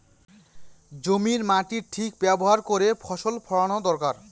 জমির মাটির ঠিক ব্যবহার করে ফসল ফলানো দরকার